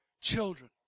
children